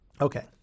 okay